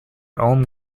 home